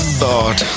thought